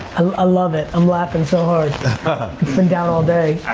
ah love it, i'm laughin' so hard. it's been down all day.